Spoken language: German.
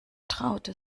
traute